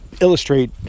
illustrate